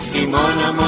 Simona